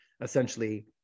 essentially